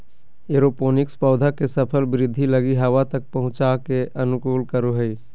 aeroponics पौधा के सफल वृद्धि लगी हवा तक पहुंच का अनुकूलन करो हइ